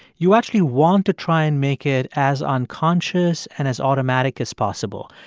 you actually want to try and make it as unconscious and as automatic as possible.